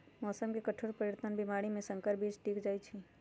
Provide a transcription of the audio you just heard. मौसम के कठोर परिवर्तन और बीमारी में संकर बीज टिक जाई छई